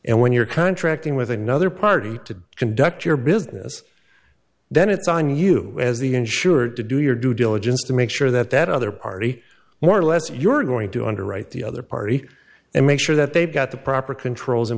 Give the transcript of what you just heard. and when you're contracting with another party to conduct your business then it's on you as the insurer to do your due diligence to make sure that that other party more or less you're going to underwrite the other party and make sure that they've got the proper controls in